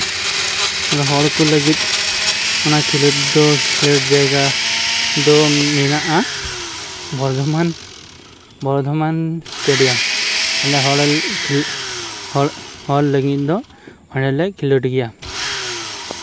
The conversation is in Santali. ᱚᱱᱟ ᱦᱚᱲ ᱠᱚ ᱞᱟᱹᱜᱤᱫ ᱚᱱᱟ ᱠᱷᱮᱞᱳᱰ ᱫᱚ ᱠᱷᱮᱞᱳᱰ ᱡᱟᱭᱜᱟ ᱫᱚ ᱢᱮᱱᱟᱜᱼᱟ ᱵᱚᱨᱫᱷᱚᱢᱟᱱ ᱵᱚᱨᱫᱷᱚᱢᱟᱱ ᱥᱴᱮᱰᱤᱭᱟᱢ ᱟᱞᱮ ᱦᱚᱲ ᱦᱚᱲ ᱞᱟᱹᱜᱤᱫ ᱫᱚ ᱚᱸᱰᱮᱞᱮ ᱠᱷᱮᱞᱳᱰ ᱜᱮᱭᱟ